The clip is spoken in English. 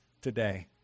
today